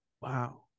wow